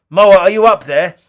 moa, are you up there?